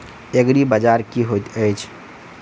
एग्रीबाजार की होइत अछि?